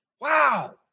Wow